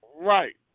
Right